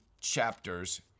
chapters